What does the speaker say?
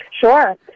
Sure